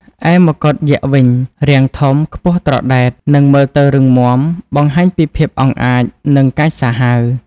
ឯមកុដយក្សវិញ រាងធំ ខ្ពស់ត្រដែត និងមើលទៅរឹងមាំ បង្ហាញពីភាពអង់អាច និងកាចសាហាវ។